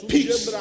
Peace